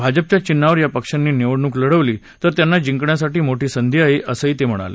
भाजपच्या चिन्हावर या पक्षांनी निवडणूक लढवली तर त्यांना जिंकण्याची मोठी संधी आहे असं ते म्हणाले